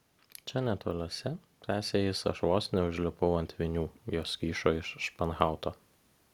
čia netoliese tęsė jis aš vos neužlipau ant vinių jos kyšo iš španhauto